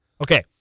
Okay